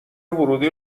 ورودی